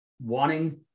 wanting